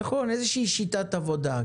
נכון, איזה שיטת עבודה.